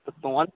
তো তোমার